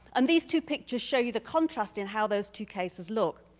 and these two pictures show you the contrast in how those two cases look.